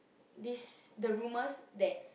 this the rumours that